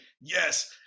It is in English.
yes